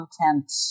content